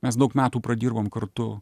mes daug metų pradirbom kartu